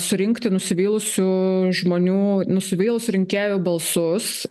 surinkti nusivylusių žmonių nusivylusių rinkėjų balsus